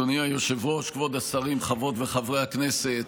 אדוני היושב-ראש, כבוד השרים, חברות וחברי הכנסת,